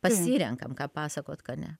pasirenkam ką pasakot ką ne